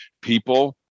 people